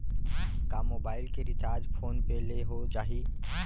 का मोबाइल के recharge PhonePe ले हो जाही?